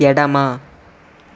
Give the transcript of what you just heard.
ఎడమ